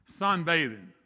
sunbathing